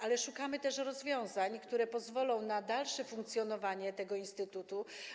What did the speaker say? Ale szukamy także rozwiązań, które pozwolą na dalsze funkcjonowanie tego instytutu.